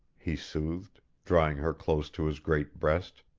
he soothed, drawing her close to his great breast.